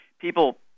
People